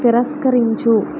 తిరస్కరించు